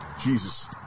Jesus